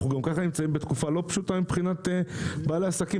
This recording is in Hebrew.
אנחנו גם ככה נמצאים בתקופה לא פשוטה מבחינת בעלי עסקים